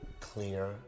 Clear